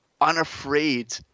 unafraid